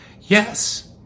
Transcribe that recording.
Yes